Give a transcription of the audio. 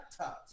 laptops